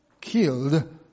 killed